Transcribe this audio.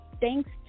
thanks